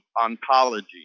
ontology